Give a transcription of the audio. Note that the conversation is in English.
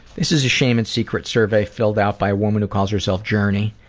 this is a shame and secrets survey filled out by a women who calls herself journey.